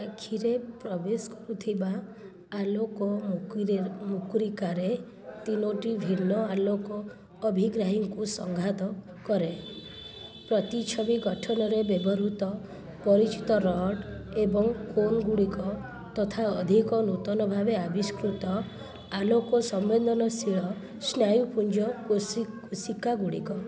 ଆଖିରେ ପ୍ରବେଶ କରୁଥିବା ଆଲୋକ ମୁକିରେ ମୁକୁରିକାରେ ତିନୋଟି ଭିନ୍ନ ଆଲୋକ ଅଭିଗ୍ରାହୀକୁ ସଂଘାତ କରେ ପ୍ରତିଛବି ଗଠନରେ ବ୍ୟବହୃତ ପରିଚିତ ରଡ୍ ଏବଂ କୋନ୍ଗୁଡ଼ିକ ତଥା ଅଧିକ ନୂତନଭାବେ ଆବିଷ୍କୃତ ଆଲୋକ ସମ୍ବେଦନଶୀଳ ସ୍ନାୟୁପୁଞ୍ଜ କୋଷିକା ଗୁଡ଼ିକ